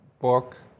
book